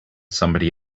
somebody